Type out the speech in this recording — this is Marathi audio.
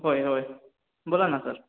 होय होय बोला ना सर